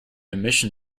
emission